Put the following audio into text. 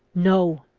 no,